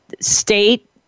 state